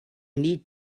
need